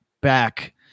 back